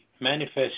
manifest